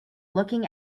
looking